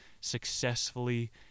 successfully